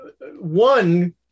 One